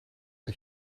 dat